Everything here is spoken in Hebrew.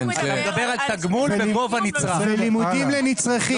זה לימודים לנצרכים.